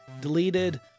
deleted